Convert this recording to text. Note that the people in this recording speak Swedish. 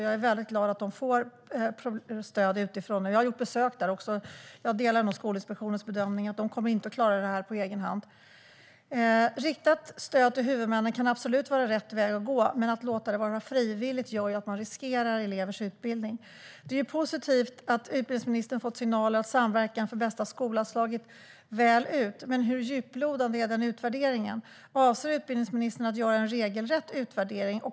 Jag är glad att skolan får stöd utifrån. Jag har även besökt Nynäshamn. Jag delar Skolinspektionens bedömning att Nynäshamn inte kommer att klara detta på egen hand. Riktat stöd till huvudmännen kan absolut vara rätt väg att gå, men att låta det vara frivilligt gör att man riskerar elevers utbildning. Det är positivt att utbildningsministern har fått signaler att Samverkan för bästa skola har slagit väl ut, men hur djuplodande är den utvärderingen? Avser utbildningsministern att göra en regelrätt utvärdering?